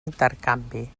intercanvi